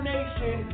Nation